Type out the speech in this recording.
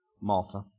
Malta